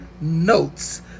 notes